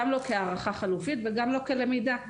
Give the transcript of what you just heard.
גם לא כהערכה חלופית וגם לא כלמידה.